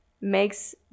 makes